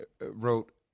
wrote